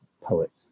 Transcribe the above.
poets